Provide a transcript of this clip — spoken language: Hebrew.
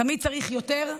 תמיד צריך יותר,